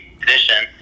position